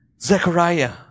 Zechariah